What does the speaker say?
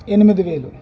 ఎనిమిది వేలు